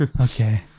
Okay